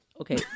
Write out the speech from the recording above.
okay